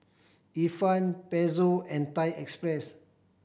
Ifan Pezzo and Thai Express